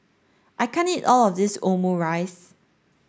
I can't eat all of this Omurice